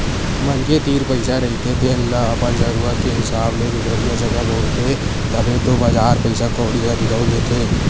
मनखे तीर पइसा रहिथे तेन ल अपन जरुरत के हिसाब ले दुसरइया जघा बउरथे, तभे तो बजार पइसा कउड़ी ह दिखउल देथे